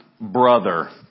brother